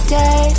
day